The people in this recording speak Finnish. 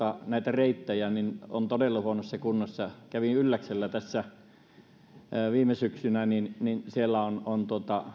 näitä reittejä todella huonossa kunnossa kävin ylläksellä viime syksynä ja siellä on on